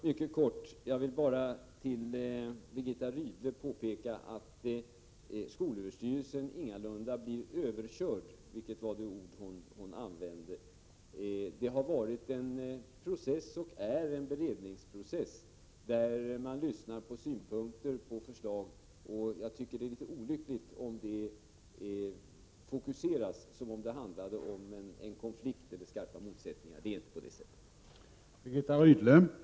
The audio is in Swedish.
Herr talman! Jag vill bara påpeka för Birgitta Rydle att skolöverstyrelsen ingalunda blir överkörd, vilket var det ord hon använde. Det sker en beredningsprocess, där man lyssnar på synpunkter och förslag. Det är litet olyckligt om debatten fokuseras som om det handlade om en konflikt eller skarpa motsättningar, vilket det inte gör.